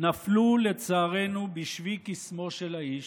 נפלו לצערנו בשבי קסמו של האיש,